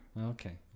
Okay